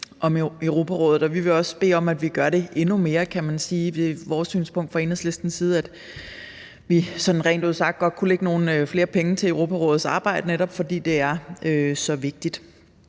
om Europarådet, og vi vil også bede om, at vi gør det endnu mere. Enhedslistens synspunkt er, at vi rent ud sagt godt kunne lægge nogle flere penge til Europarådets arbejde, netop fordi det er så vigtigt.